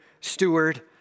steward